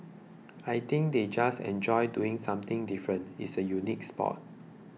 I think they just enjoy doing something different it's a unique sport